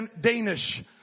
Danish